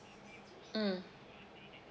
mm